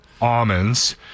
almonds